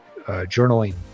journaling